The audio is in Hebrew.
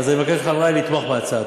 אז אני מבקש מחברי לתמוך בהצעה.